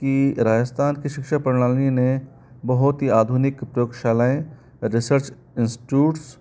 कि राजस्थान के शिक्षा प्रणाली ने बहुत ही आधुनिक प्रयोग शालाएँ रिसर्च इंस्ट्यूट्स